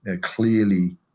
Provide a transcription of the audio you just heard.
clearly